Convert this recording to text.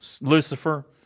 Lucifer